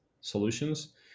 solutions